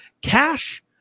cash